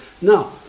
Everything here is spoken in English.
Now